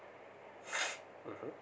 (uh huh)